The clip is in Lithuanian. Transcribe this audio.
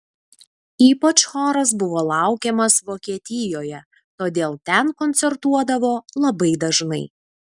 ypač choras buvo laukiamas vokietijoje todėl ten koncertuodavo labai dažnai